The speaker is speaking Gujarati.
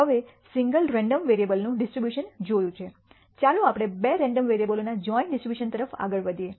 હવે સિંગલ રેન્ડમ વેરીએબલનું ડિસ્ટ્રીબ્યુશન જોયું છે ચાલો આપણે બે રેન્ડમ વેરીએબલોના જોઈન્ટ ડિસ્ટ્રીબ્યુશન તરફ આગળ વધીએ